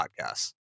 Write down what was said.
podcasts